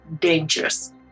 dangerous